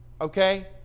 okay